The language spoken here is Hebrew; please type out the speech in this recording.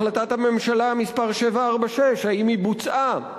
החלטת הממשלה מס' 746, האם היא בוצעה?